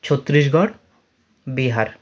Chhattisgarh Bihar